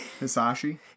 Hisashi